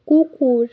কুকুর